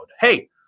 Hey